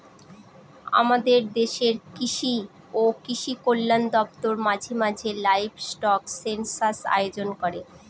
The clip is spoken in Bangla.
আমাদের দেশের কৃষি ও কৃষি কল্যাণ দপ্তর মাঝে মাঝে লাইভস্টক সেনসাস আয়োজন করে